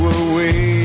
away